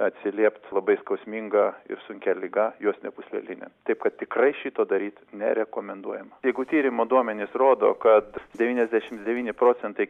atsiliept labai skausminga ir sunkia liga juostine pūsleline taip kad tikrai šito daryt nerekomenduojama jeigu tyrimo duomenys rodo kad devyniasdešim devyni procentai